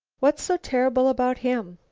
what's so terrible about him?